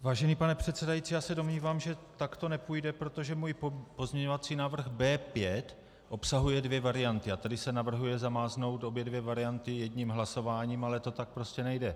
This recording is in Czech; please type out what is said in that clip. Vážený pane předsedající, já se domnívám, že tak to nepůjde, protože můj pozměňovací návrh B5 obsahuje dvě varianty a tady se navrhuje zamáznout obě dvě varianty jedním hlasováním, ale to tak prostě nejde.